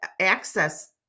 access